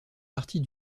partie